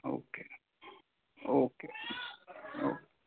okay okay okay